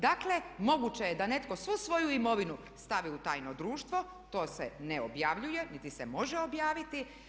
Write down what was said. Dakle moguće je da netko svu svoju imovinu stavi u tajno društvo, to se ne objavljuje, niti se može objaviti.